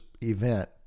event